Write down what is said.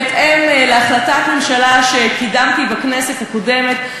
בהתאם להחלטת ממשלת שקידמתי בכנסת הקודמת,